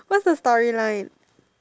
what's the storyline